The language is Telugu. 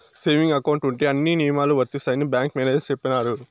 సేవింగ్ అకౌంట్ ఉంటే అన్ని నియమాలు వర్తిస్తాయని బ్యాంకు మేనేజర్ చెప్పినారు